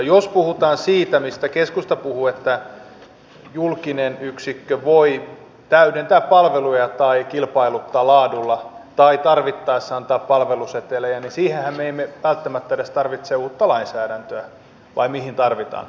jos puhutaan siitä mistä keskusta puhuu että julkinen yksikkö voi täydentää palveluja tai kilpailuttaa laadulla tai tarvittaessa antaa palveluseteleitä niin siihenhän me emme välttämättä edes tarvitse uutta lainsäädäntöä vai mihin tarvitaan